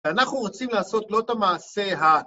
‫ואנחנו רוצים לעשות ‫לא את המעשה ה...